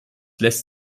lässt